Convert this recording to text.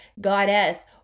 goddess